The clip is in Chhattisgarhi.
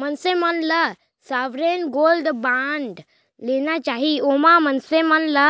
मनसे मन ल सॉवरेन गोल्ड बांड लेना चाही ओमा मनसे मन ल